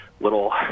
little